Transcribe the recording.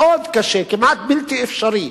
מאוד קשה, כמעט בלתי אפשרי,